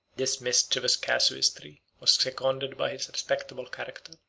this mischievous casuistry was seconded by his respectable character,